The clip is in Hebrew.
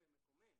נורא מקומם.